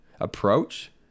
approach